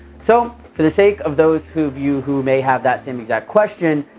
so, for the sake of those who of you who may have that same exact question,